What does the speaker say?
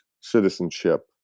citizenship